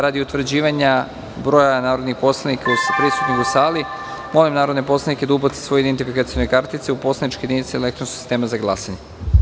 Radi utvrđivanja broja narodnih poslanika koji su prisutni u sali molim narodne poslanike da ubace svoje identifikacione kartice u poslaničke jedinice elektronskog sistema za glasanje.